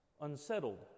unsettled